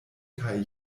kaj